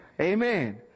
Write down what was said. Amen